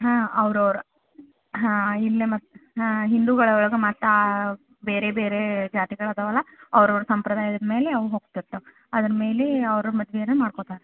ಹಾಂ ಅವ್ರವ್ರ ಹಾಂ ಇಲ್ಲೆ ಮತ್ತೆ ಹಾಂ ಹಿಂದುಗಳು ಒಳಗೆ ಮತ್ತೆ ಬೇರೆ ಬೇರೆ ಜಾತಿಗಳು ಅದವೆ ಅಲ ಅವ್ರವ್ರ ಸಂಪ್ರದಾಯದ ಮೇಲೆ ಅವು ಹೋಗ್ತಿರ್ತವೆ ಅದ್ರ ಮೇಲೆ ಅವ್ರ ಮದುವೆನು ನೋಡಿಕೊಳ್ತಾರ